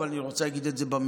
אבל אני רוצה להגיד את זה במליאה.